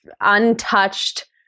untouched